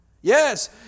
Yes